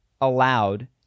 allowed